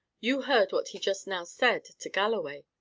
you heard what he just now said to galloway.